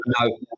no